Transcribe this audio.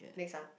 next ah